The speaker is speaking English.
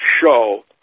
show